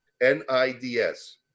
N-I-D-S